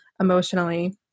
emotionally